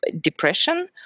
depression